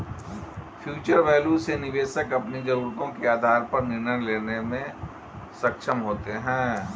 future value से निवेशक अपनी जरूरतों के आधार पर निर्णय लेने में सक्षम होते हैं